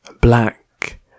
black